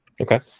Okay